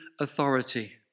authority